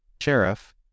sheriff